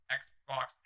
xbox